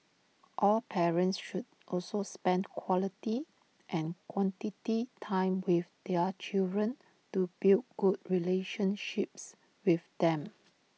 all parents should also spend quality and quantity time with their children to build good relationships with them